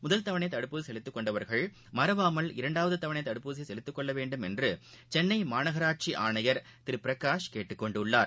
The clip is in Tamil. முதல் தவணை தடுப்பூசி செலுத்திக் கொண்டவர்கள் மறவாமல் இரண்டாவது தவணை தடுப்பூசியை செலுத்திக் கொள்ள வேண்டுமென்று சென்னை மாநகராட்சி ஆணையர் திரு பிரகாஷ் கேட்டுக் கொண்டுள்ளார்